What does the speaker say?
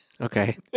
okay